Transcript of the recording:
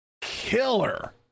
killer